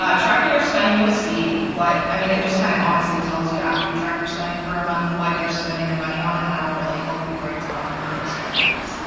ah tracking your spending, you'll see what, i mean, it just kind of honestly tells you after you track your spending for a month, what you're spending your money on and that'll really help you break down into these categories.